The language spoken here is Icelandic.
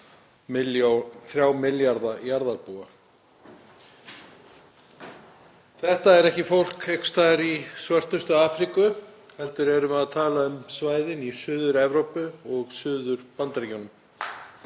um 3 milljarða jarðarbúa. Þetta er ekki fólk einhvers staðar í svörtustu Afríku heldur erum við að tala um svæðin í Suður-Evrópu og Suður-Bandaríkjunum.